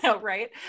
Right